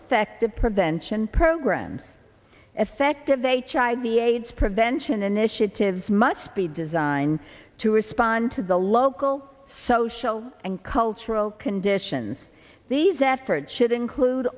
effective prevention programs effective h i b aids prevention initiatives much be designed to respond to the local social and cultural conditions these efforts should include